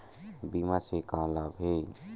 बीमा से का लाभ हे?